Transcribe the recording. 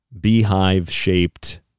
beehive-shaped